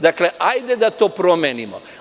Dakle, hajde da to promenimo.